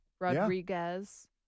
Rodriguez